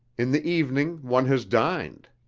in the evening one has dined.